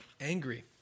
angry